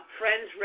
friends